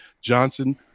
Johnson